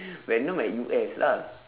venom at U_S lah